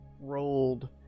rolled